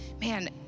man